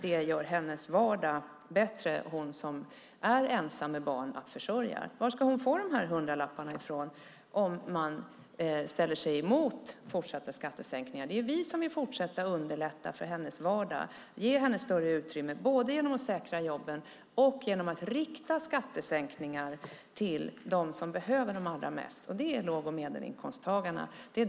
Det gör vardagen bättre för henne som är ensam med barn att försörja. Var ska hon få hundralapparna från om man motsätter sig fortsatta skattesänkningar? Vi vill fortsätta att underlätta hennes vardag. Vi vill ge henne större utrymme genom att säkra jobben. Vi vill rikta skattesänkningar till dem som behöver det mest, nämligen låg och medelinkomsttagarna.